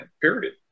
period